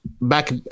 back